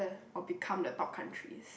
or become the top countries